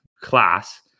class